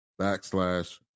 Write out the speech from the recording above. backslash